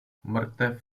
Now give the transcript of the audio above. mrtev